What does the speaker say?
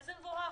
זה מבורך.